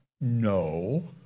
No